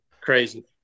Crazy